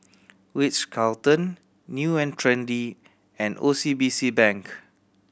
Ritz Carlton New and Trendy and O C B C Bank